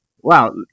Wow